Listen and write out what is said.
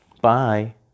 bye